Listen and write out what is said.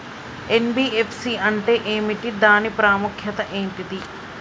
NBFC అంటే ఏమిటి దాని ప్రాముఖ్యత ఏంటిది?